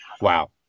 Wow